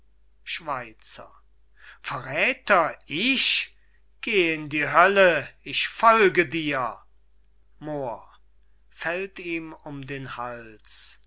schweizer verräther ich geh in die hölle ich folge dir moor